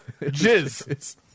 Jizz